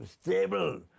Stable